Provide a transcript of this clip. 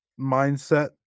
mindset